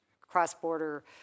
cross-border